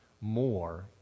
more